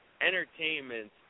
entertainment